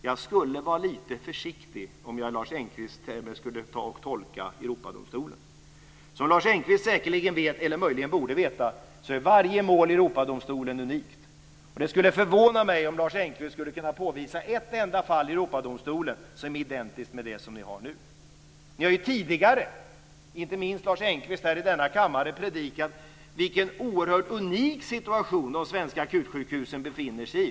Jag skulle vara lite försiktig, Lars Engqvist, när det gäller att tolka Europadomstolen. Som Lars Engqvist säkerligen vet, eller möjligen borde veta, är varje mål i Europadomstolen unikt. Det skulle förvåna mig om Lars Engqvist skulle kunna påvisa ett enda fall i Europadomstolen som är identiskt med det som vi talar om nu. Ni har ju tidigare, inte minst Lars Engqvist, här i denna kammare predikat vilken oerhört unik situation de svenska akutsjukhusen befinner sig i.